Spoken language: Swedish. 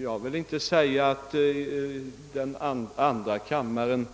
Därmed vill jag inte påstå